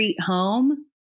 home